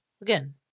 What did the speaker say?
Again